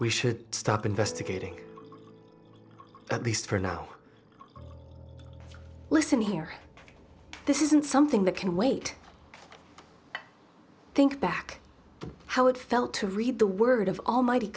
we should stop investigating at least for now listen here this isn't something that can wait think back to how it felt to read the word of almighty